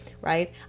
right